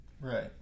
Right